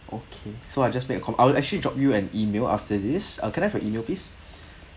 okay so I just made a con~ I will actually drop you an email after this uh can I have your email please